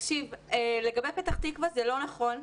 לגבי פתח תקווה זה לא נכון.